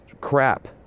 crap